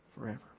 forever